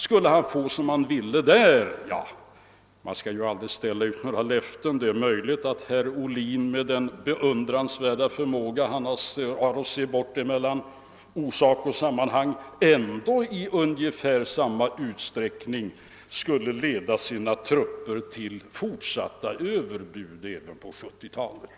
Skulle han få som han ville därvidlag — man skall ju aldrig ge några löften, men det är möjligt med tanke på herr Ohlins beundransvärda förmåga att bortse från orsak och verkan— skulle han kanske i alla fall i ungefär samma utsträckning leda sina trupper till fortsatta överbud även under 1970 talet.